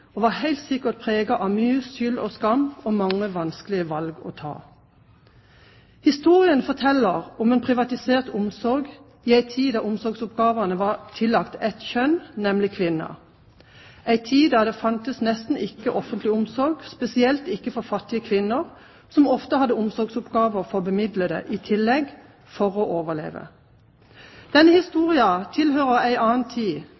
og var helt sikkert preget av mye skyld og skam og mange vanskelige valg å ta. Historien forteller om en privatisert omsorg i en tid der omsorgsoppgavene var tillagt ett kjønn, nemlig kvinnen, i en tid der det nesten ikke fantes offentlig omsorg, spesielt ikke for fattige kvinner, som ofte hadde omsorgsoppgaver for bemidlede i tillegg for å overleve. Denne historien tilhører en annen tid,